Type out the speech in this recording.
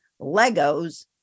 Legos